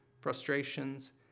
frustrations